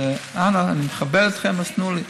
אז אנא, אני מכבד אתכם, אז תנו לי.